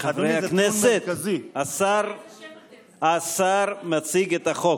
חברי הכנסת, השר מציג את החוק.